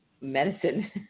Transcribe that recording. medicine